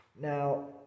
Now